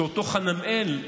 כשאותו חנמאל,